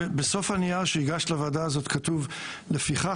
בסוף בנייר שהגשת לוועדה הזאת כתוב: "לפיכך,